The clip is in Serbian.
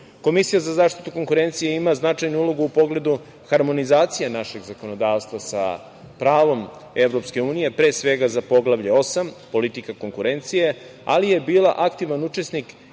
Srbije. Komisija za zaštitu konkurencije ima značajnu ulogu u pogledu harmonizacije našeg zakonodavstva sa pravom EU, pre svega za Poglavlje osam – politika konkurencije, ali je bila aktivan učesnik i